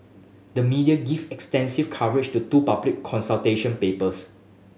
the media give extensive coverage to two public consultation papers